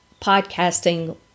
podcasting